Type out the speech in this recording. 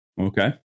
okay